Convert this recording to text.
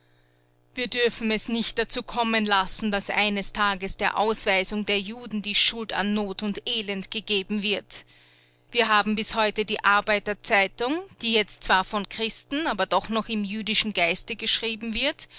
wir dürfen es nicht dazu kommen lassen daß eines tages der ausweisung der juden die schuld an not und elend gegeben wird wir haben bis heute die arbeiter zeitung die jetzt zwar von christen aber doch noch im jüdischen geiste geschrieben wird